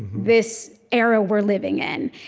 this era we're living in.